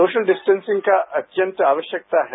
social distancing का अत्यंत आवश्यकता है